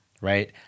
right